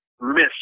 miss